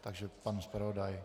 Takže pan zpravodaj.